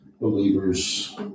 believers